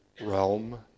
realm